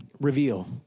Reveal